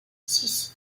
six